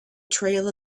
trail